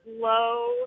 low